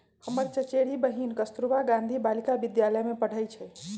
हमर चचेरी बहिन कस्तूरबा गांधी बालिका विद्यालय में पढ़इ छइ